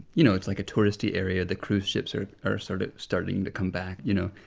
you know, it's like a touristy area. the cruise ships are are sort of starting to come back, you know.